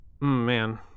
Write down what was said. man